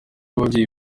ababyeyi